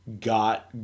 Got